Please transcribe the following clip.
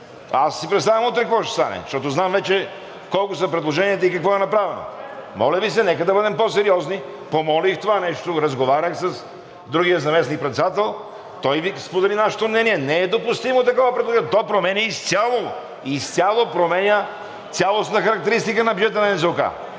Аз си представям утре какво ще стане, защото знам вече колко са предложенията и какво е направено. Моля Ви се нека да бъдем по-сериозни, помолих за това нещо, разговарях с другия заместник-председател, той сподели нашето мнение, не е допустимо такова предложение, то променя изцяло цялостната характеристика на бюджета на НЗОК.